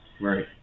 right